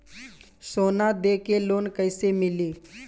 सोना दे के लोन कैसे मिली?